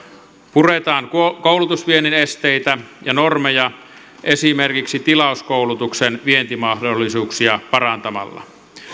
puretaan koulutusviennin esteitä ja normeja esimerkiksi tilauskoulutuksen vientimahdollisuuksia parantamalla